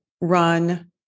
run